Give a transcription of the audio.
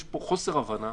יש פה חוסר הבנה